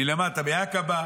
מלמטה, מעקבה.